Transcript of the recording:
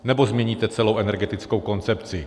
Nebo změníte celou energetickou koncepci?